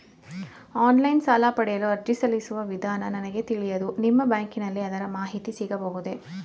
Online ಸಾಲ ಪಡೆಯಲು ಅರ್ಜಿ ಸಲ್ಲಿಸುವ ವಿಧಾನ ನನಗೆ ತಿಳಿಯದು ನಿಮ್ಮ ಬ್ಯಾಂಕಿನಲ್ಲಿ ಅದರ ಮಾಹಿತಿ ಸಿಗಬಹುದೇ?